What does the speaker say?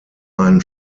ein